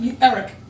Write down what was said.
Eric